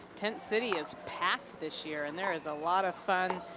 tent city is packed this year. and there is a lot of fun,